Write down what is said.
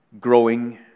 growing